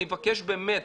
אני מבקש באמת,